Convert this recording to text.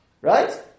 Right